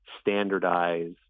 standardize